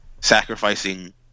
sacrificing